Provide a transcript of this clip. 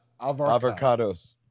Avocados